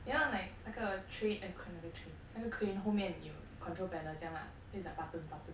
you know like 那个 trad~ 那个 crane 后面有 control panel 这样 lah so it's like button button